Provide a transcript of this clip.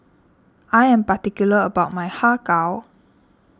I am particular about my Har Kow